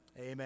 Amen